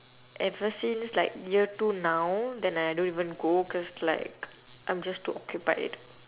every since like year two now then I don't even go cause like I'm just too occupied